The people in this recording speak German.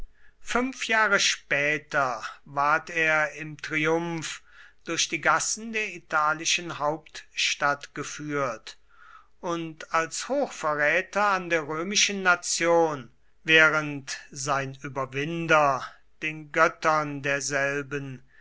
fünf jahre später ward er im triumph durch die gassen der italischen hauptstadt geführt und als hochverräter an der römischen nation während sein überwinder den göttern derselben